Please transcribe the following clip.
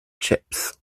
chips